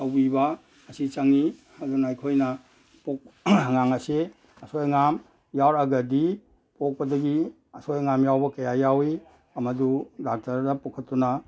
ꯇꯧꯕꯤꯕ ꯑꯁꯤ ꯆꯪꯏ ꯑꯗꯨꯅ ꯑꯩꯈꯣꯏꯅ ꯑꯉꯥꯡ ꯑꯁꯤ ꯑꯁꯣꯏ ꯑꯉꯥꯝ ꯌꯥꯎꯔꯛꯑꯒꯗꯤ ꯄꯣꯛꯄꯗꯒꯤ ꯑꯁꯣꯏ ꯑꯉꯥꯝ ꯌꯥꯎꯕ ꯀꯌꯥ ꯌꯥꯎꯏ ꯃꯗꯨ ꯗꯥꯛꯇꯔꯗ ꯄꯨꯈꯠꯇꯅ